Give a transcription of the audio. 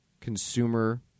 consumer